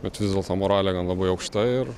bet vis dėlto moralė gan labai aukšta ir